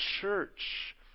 church